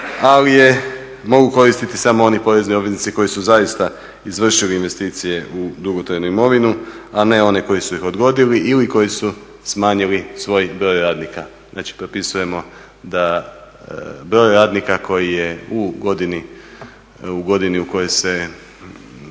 ali je mogu koristiti samo oni porezni obveznici koji su zaista izvršili investicije u dugotrajnu imovinu, a ne oni koji su ih odgodili ili koji su smanjili svoj broj radnika. Znači, propisujemo da broj radnika koji je u godini u kojoj se,